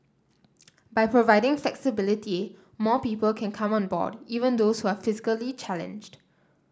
by providing flexibility more people can come on board even those who are physically challenged